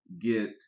get